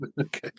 okay